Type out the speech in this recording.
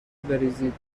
بریزید